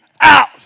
out